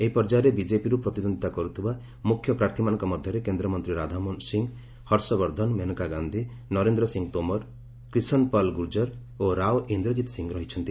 ଏହି ପର୍ଯ୍ୟାୟରେ ବିଜେପିରୁ ପ୍ରତିଦ୍ୱନ୍ଦିତା କରୁଥିବା ମୁଖ୍ୟ ପ୍ରାର୍ଥୀମାନଙ୍କ ମଧ୍ୟରେ କେନ୍ଦ୍ରମନ୍ତ୍ରୀ ରାଧାମୋହନ ସିଂହ ହର୍ଷ ବର୍ଦ୍ଧନ ମନେକା ଗାନ୍ଧି ନରେନ୍ଦ୍ର ସିଂହ ତୋମର କ୍ରିଶନପାଲ ଗୁର୍ଜର ଓ ରାଓ ଇନ୍ଦ୍ରଜିତ ସିଂହ ଅଛନ୍ତି